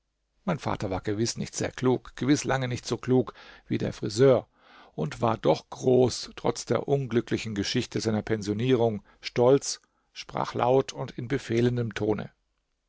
mein vater war gewiß nicht sehr klug gewiß lange nicht so klug wie der friseur und war doch groß trotz der unglücklichen geschichte seiner pensionierung stolz sprach laut und in befehlendem tone